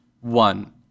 One